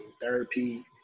Therapy